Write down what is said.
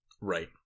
Right